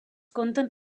conten